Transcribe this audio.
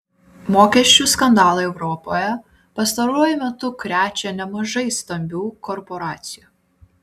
mokesčių skandalai europoje pastaruoju metu krečia nemažai stambių korporacijų